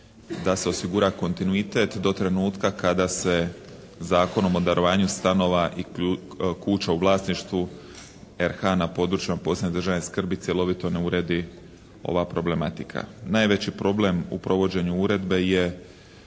da se osigura kontinuitet do trenutka kada se Zakonom o darovanju stanova i kuća u vlasništvu RH na području od posebne državne skrbi cjelovito ne uredi ova problematika. Najveći problem u provođenju uredbe je